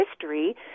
history